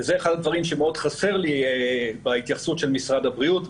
וזה אחד הדברים שמאוד חסר לי בהתייחסות של משרד הבריאות,